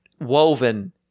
woven